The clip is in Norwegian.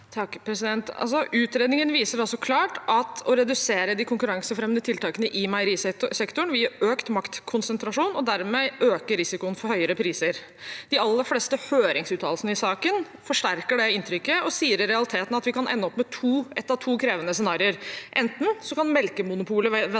(H) Utredningen viser altså klart at å redusere de konkurransefremmende tiltakene i meierisektoren vil gi økt maktkonsentrasjon og dermed øke risikoen for høyere priser. De aller fleste høringsuttalelsene i saken forsterker det inntrykket og sier i realiteten at vi kan ende opp med ett av to krevende scenarioer. Det ene er at melkemonopolet kan